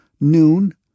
Noon